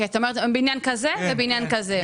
זאת אומרת, בניין כזה ובניין כזה.